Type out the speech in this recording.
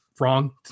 wrong